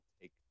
take